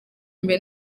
imbere